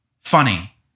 funny